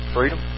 Freedom